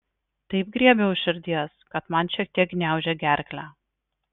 taip griebia už širdies kad man šiek tiek gniaužia gerklę